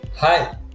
Hi